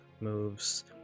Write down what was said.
moves